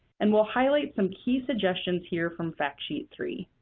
and we'll highlight some key suggestions here from fact sheet three.